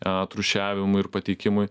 atrūšiavimui ir pateikimui